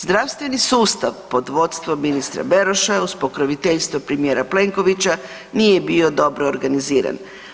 Zdravstveni sustav pod vodstvom ministra Beroša je uz pokroviteljstvo premijera Plenkovića nije bio dobro organiziran.